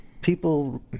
people